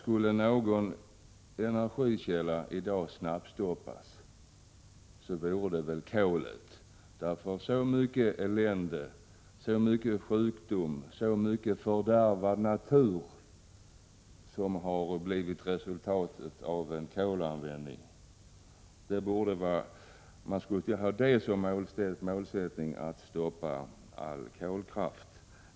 Skulle någon energikälla i dag snabbstoppas vore det väl kol, för så mycket elände, sjukdomar och fördärvad natur har blivit resultatet av kolanvändning. Man skulle sätta upp som mål att stoppa alla kolkraftverk i stället.